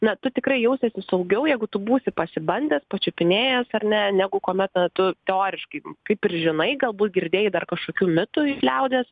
na tu tikrai jausiesi saugiau jeigu tu būsi pasibandęs pačiupinėjęs ar ne negu kuomet tu teoriškai kaip ir žinai galbūt girdėjai dar kažkokių mitų iš liaudies